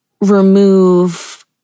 remove